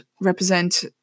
represent